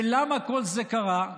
ולמה כל זה קרה?